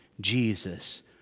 Jesus